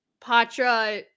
Patra